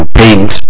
paint